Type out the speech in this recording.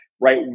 right